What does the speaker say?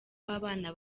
w’abana